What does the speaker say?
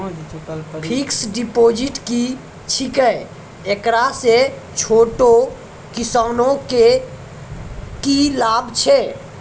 Fixed deposit की छिकै, एकरा से छोटो किसानों के की लाभ छै?